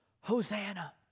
Hosanna